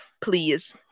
please